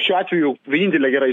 šiuo atveju vienintelė gera